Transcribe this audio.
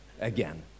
again